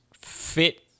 fit